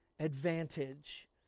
advantage